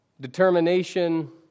determination